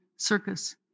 circus